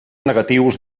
negatius